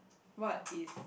what is